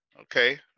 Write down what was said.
Okay